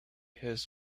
his